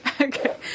Okay